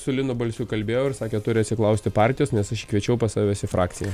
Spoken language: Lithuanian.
su linu balsiu kalbėjau ir sakė turi atsiklausti partijos nes aš jį kviečiau pas savęs į frakciją